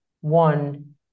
One